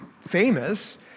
famous